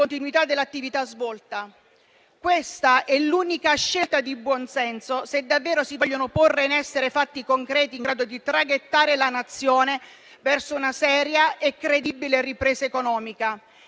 continuità dell'attività svolta. Questa è l'unica scelta di buon senso se davvero si vogliono porre in essere fatti concreti, in grado di traghettare la nazione verso una seria e credibile ripresa economica.